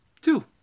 Two